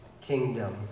kingdom